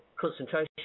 concentration